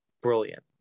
brilliant